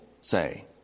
say